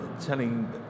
telling